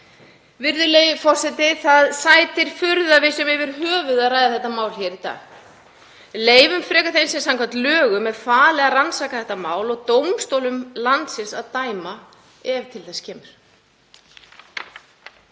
Virðulegi forseti. Það sætir furðu að við séum yfir höfuð að ræða þetta mál hér í dag. Leyfum frekar þeim sem samkvæmt lögum er falið að rannsaka þetta mál og dómstólum landsins að dæma ef til þess kemur.